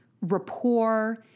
rapport